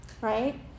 right